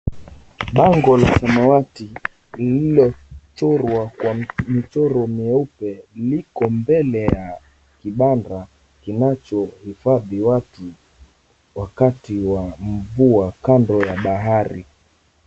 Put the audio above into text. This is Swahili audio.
Bango la samawati llilochorwa kwa mchoro mweupe liko mbele ya kibanda kinachohifadhi watu wakati wa mvua kando ya bahari.